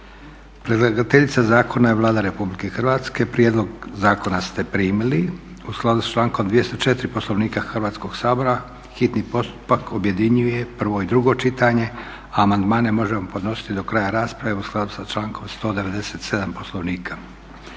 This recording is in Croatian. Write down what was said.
Predlagateljica zakona je Vlada Republike Hrvatske. Prijedlog zakona ste primili. U skladu s člankom 204. Poslovnika Hrvatskog sabora hitni postupak objedinjuje prvo i drugo čitanje, a amandmane možemo podnositi do kraja rasprave u skladu s člankom 197. Poslovnika.